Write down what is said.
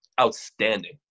outstanding